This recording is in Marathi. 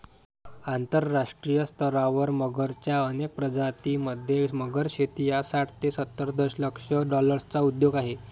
आंतरराष्ट्रीय स्तरावर मगरच्या अनेक प्रजातीं मध्ये, मगर शेती हा साठ ते सत्तर दशलक्ष डॉलर्सचा उद्योग आहे